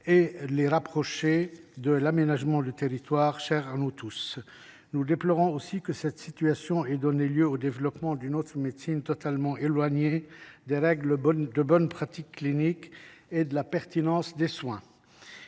une démarche d’aménagement du territoire qui nous est chère. Nous déplorons aussi que cette situation ait donné lieu au développement d’une autre médecine totalement éloignée des règles de bonne pratique clinique et de la pertinence des soins.